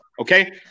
okay